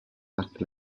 marque